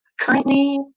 Currently